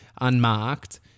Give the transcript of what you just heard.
unmarked